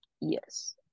yes